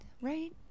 Right